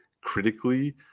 critically